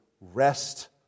rest